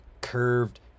curved